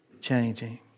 changing